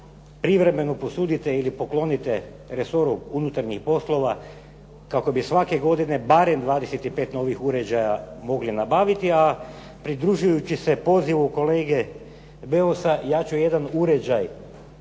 privremeno posudite ili poklonite resoru unutarnjih poslova kako bi svake godine barem 25 novih uređaja mogli nabaviti. A pridružujući se pozivu kolege Beusa ja ću jedan uređaj